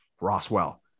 Roswell